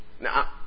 Now